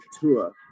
tour